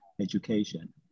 education